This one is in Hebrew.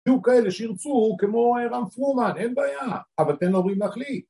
‫היו כאלה שירצו, כמו רם פרומן, ‫אין בעיה, אבל תן להורים להחליט.